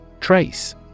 Trace